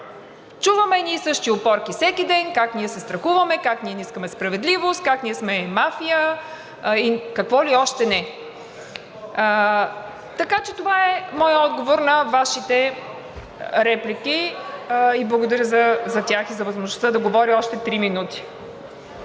Чуваме едни и същи опорки всеки ден: как ние се страхуваме, как ние не искаме справедливост, как ние сме мафия и какво ли още не. (Реплики: „Времето, времето.“) Така че това е моят отговор на Вашите реплики и благодаря за тях и за възможността да говоря още три минути.